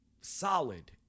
solid